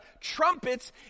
trumpets